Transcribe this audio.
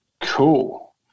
Cool